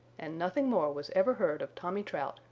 and nothing more was ever heard of tommy trout,